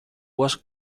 was